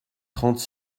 trente